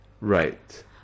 Right